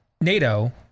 NATO